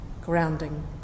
grounding